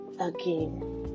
again